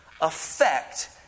affect